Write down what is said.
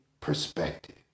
perspective